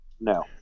No